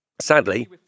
Sadly